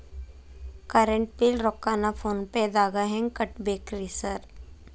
Current bill ರೊಕ್ಕಾನ phone ಪೇದಾಗ ಹೆಂಗ್ ಕಟ್ಟಬೇಕ್ರಿ ಸರ್?